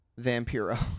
Vampiro